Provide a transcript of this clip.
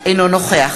אינו נוכח